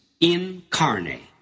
incarnate